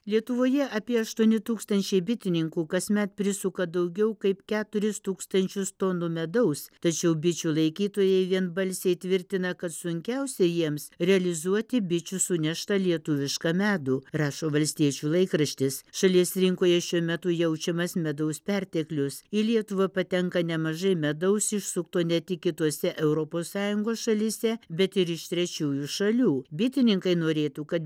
lietuvoje apie aštuoni tūkstančiai bitininkų kasmet prisuka daugiau kaip keturis tūkstančius tonų medaus tačiau bičių laikytojai vienbalsiai tvirtina kad sunkiausia jiems realizuoti bičių suneštą lietuvišką medų rašo valstiečių laikraštis šalies rinkoje šiuo metu jaučiamas medaus perteklius į lietuvą patenka nemažai medaus išsukto ne tik kitose europos sąjungos šalyse bet ir iš trečiųjų šalių bitininkai norėtų kad